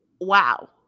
Wow